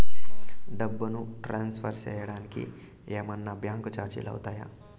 డబ్బును ట్రాన్స్ఫర్ సేయడానికి ఏమన్నా బ్యాంకు చార్జీలు అవుతాయా?